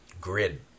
grid